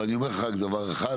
אבל אני אומר לך רק דבר אחד,